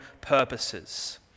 purposes